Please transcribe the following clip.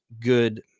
good